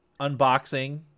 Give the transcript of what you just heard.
unboxing